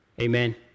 Amen